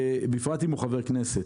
בפרט אם הוא חבר כנסת,